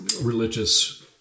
Religious